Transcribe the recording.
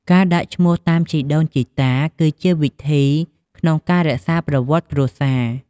ការដាក់ឈ្មោះតាមជីដូនជីតា គឺជាវិធីក្នុងការរក្សាប្រវត្តិគ្រួសារ។